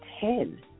ten